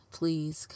please